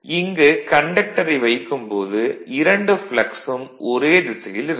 இங்கு கண்டக்டரை வைக்கும் போது இரண்டு ப்ளக்ஸ் ம் ஒரே திசையில் இருக்கும்